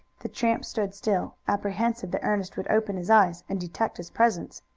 the tramp stood still, apprehensive that ernest would open his eyes and detect his presence.